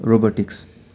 robotics